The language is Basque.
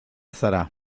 zara